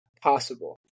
possible